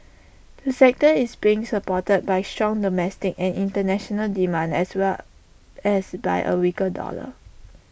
the sector is being supported by strong domestic and International demand as well as by A weaker dollar